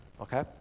Okay